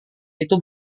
itu